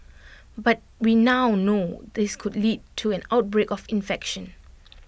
but we now know this could lead to an outbreak of infection